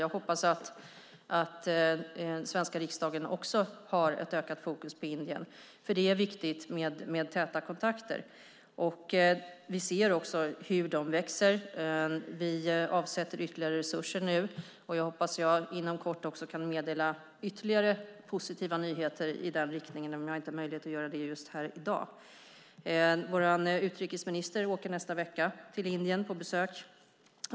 Jag hoppas att den svenska riksdagen också har ett ökat fokus på Indien, för det är viktigt med täta kontakter. Vi ser också hur de växer. Vi avsätter nu ytterligare resurser, och jag hoppas att jag inom kort kan meddela ytterligare positiva nyheter i denna riktning även om jag inte har möjlighet att göra det just här i dag. Vår utrikesminister åker i nästa vecka till Indien på besök.